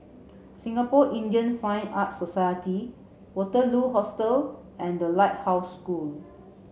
Singapore Indian Fine Arts Society Waterloo Hostel and The Lighthouse School